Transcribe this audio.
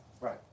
Right